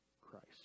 Christ